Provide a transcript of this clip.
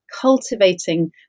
cultivating